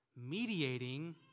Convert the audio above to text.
mediating